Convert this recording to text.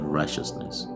righteousness